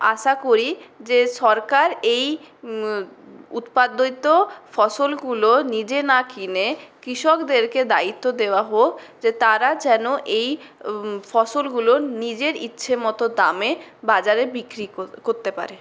আশা করি যে সরকার এই উৎপাদিত ফসলগুলো নিজে না কিনে কৃষকদেরকে দায়িত্ব দেওয়া হোক যে তারা যেন এই ফসলগুলো নিজের ইচ্ছেমতো দামে বাজারে বিক্রি কর করতে পারে